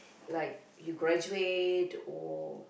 like you graduate or